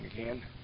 again